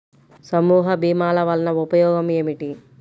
సమూహ భీమాల వలన ఉపయోగం ఏమిటీ?